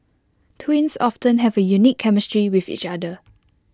twins often have A unique chemistry with each other